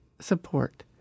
support